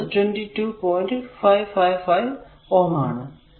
555 Ω ആണ്